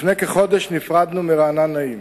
לפני כחודש נפרדנו מרענן נעים,